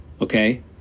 okay